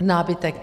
Nábytek.